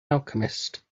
alchemist